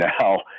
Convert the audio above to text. now